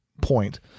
point